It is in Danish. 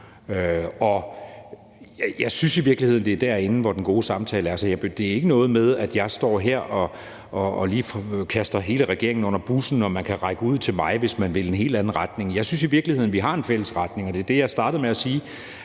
Jeg synes i virkeligheden, det er derinde, hvor den gode samtale er. Det er ikke noget med, at jeg står her og kaster hele regeringen under bussen, og at man kan række ud til mig, hvis man vil i en helt anden retning. Jeg synes i virkeligheden, vi har en fælles retning. Det var det, jeg startede med at sige,